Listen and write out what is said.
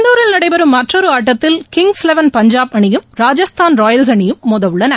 இந்தூரில் நடைபெறும் மற்றொரு ஆட்டத்தில்கிங்ஸ் லெவள் பஞ்சாப் அணியும் ராஜஸ்தான் ராயல்ஸ் அணியும் மோதவுள்ளன